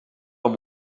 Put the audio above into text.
amb